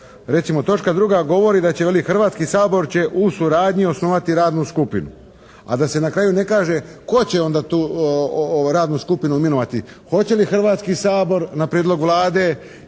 Recimo točka 2. govori da će veli Hrvatski sabor će u suradnji osnovati radnu skupinu, a da se na kraju ne kaže tko će onda tu radnu skupinu imenovati, hoće li Hrvatski sabor na prijedlog Vlade ili